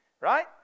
Right